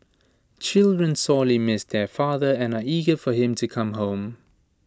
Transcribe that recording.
children sorely miss their father and are eager for him to come home